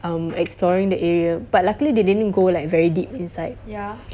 um exploring the area but luckily they didn't go like very deep inside